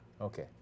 Okay